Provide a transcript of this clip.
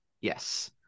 Yes